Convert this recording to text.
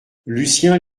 lucien